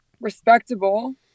respectable